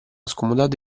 scomodato